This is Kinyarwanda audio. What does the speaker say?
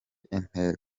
intego